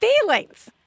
feelings